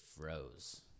froze